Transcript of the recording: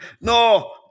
No